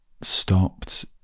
stopped